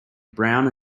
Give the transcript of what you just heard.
brown